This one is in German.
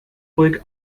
ruhig